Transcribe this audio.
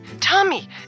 Tommy